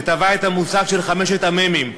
שטבע את המושג חמשת המ"מים,